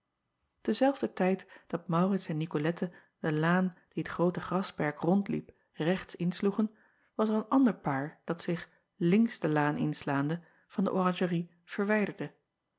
erzelfder tijd dat aurits en icolette de laan die t groote grasperk rondliep rechts insloegen was er een ander paar dat zich links de laan inslaande van de oranjerie verwijderde